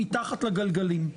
מתחת לגלגלים.